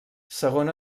segon